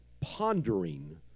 pondering